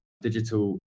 digital